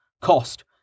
Cost